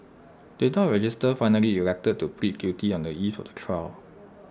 data register finally elected to plead guilty on the eve of the trial